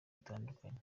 dutandukanye